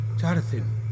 Jonathan